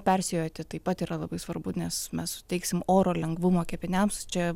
persijoti taip pat yra labai svarbu nes mes suteiksim oro lengvumo kepiniams čia